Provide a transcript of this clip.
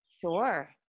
sure